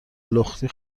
لختی